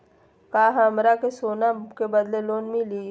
का हमरा के सोना के बदले लोन मिलि?